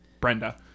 Brenda